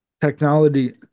technology